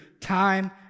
time